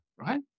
Right